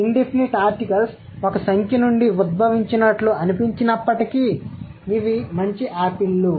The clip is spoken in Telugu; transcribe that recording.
ఇన్ డెఫినిట్ ఆర్టికల్స్ ఒక సంఖ్య నుండి ఉద్భవించినట్లు అనిపించినప్పటికీ ఇవి మంచి ఆపిల్లు